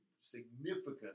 significant